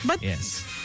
Yes